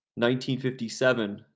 1957